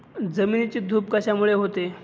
जमिनीची धूप कशामुळे होते?